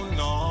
no